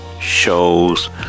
shows